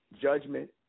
Judgment